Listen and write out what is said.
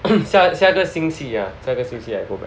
下下个星期下个星期 I go back